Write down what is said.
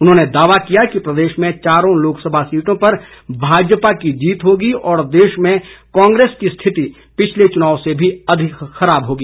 उन्होंने दावा किया कि प्रदेश में चारों लोकसभा सीटों पर भाजपा की जीत होगी और देश में कांग्रेस की स्थिति पिछले चुनाव से भी अधिक खराब रहेगी